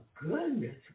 goodness